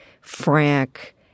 frank